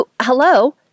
hello